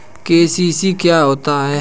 KCC क्या होता है?